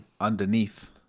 underneath